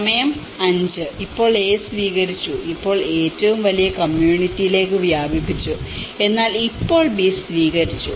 സമയം 5 ഇപ്പോൾ എ സ്വീകരിച്ചു അത് ഏറ്റവും വലിയ കമ്മ്യൂണിറ്റിയിലേക്ക് വ്യാപിപ്പിച്ചു എന്നാൽ ഇപ്പോൾ ബി സ്വീകരിച്ചു